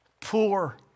poor